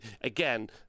Again